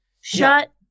Shut